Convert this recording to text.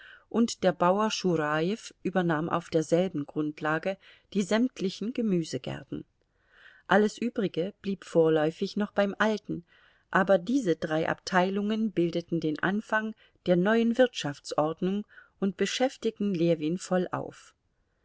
und der bauer schurajew übernahm auf derselben grundlage die sämtlichen gemüsegärten alles übrige blieb vorläufig noch beim alten aber diese drei abteilungen bildeten den anfang der neuen wirtschaftsordnung und beschäftigten ljewin vollauf